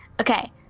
Okay